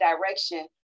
direction